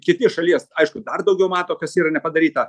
kiti šalies aišku dar daugiau mato kas yra nepadaryta